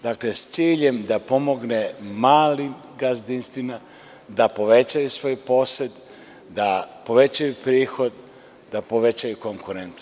Dakle, sa ciljem da pomogne malim gazdinstvima da povećaju svoj posed, da povećaju prihod, da povećaju konkurenciju.